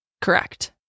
correct